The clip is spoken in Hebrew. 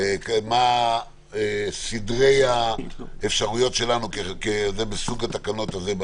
מה האפשרויות שלנו בתקנות האלה.